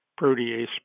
protease